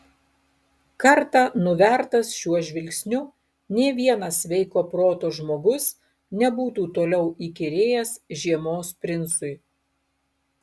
kartą nuvertas šiuo žvilgsniu nė vienas sveiko proto žmogus nebūtų toliau įkyrėjęs žiemos princui